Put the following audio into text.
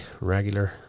regular